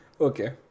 Okay